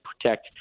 protect